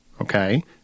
okay